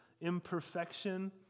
imperfection